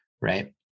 right